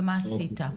ומה עשית.